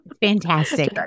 Fantastic